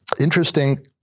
interesting